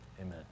amen